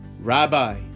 Rabbi